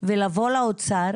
ולבוא לאוצר